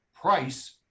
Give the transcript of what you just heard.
price